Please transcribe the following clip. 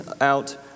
out